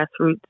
grassroots